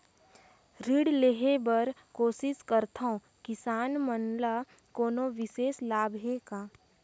ऋण लेहे बर कोशिश करथवं, किसान मन ल कोनो विशेष लाभ हे का?